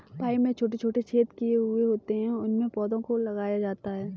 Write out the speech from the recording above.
pipe में छोटे छोटे छेद किए हुए होते हैं उनमें पौधों को लगाया जाता है